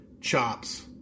chops